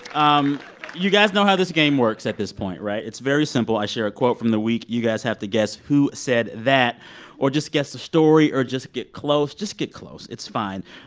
um you guys know how this game works at this point, right? it's very simple. i share a quote from the week. you guys have to guess who said that or just guess the story or just get close. just get close. it's fine.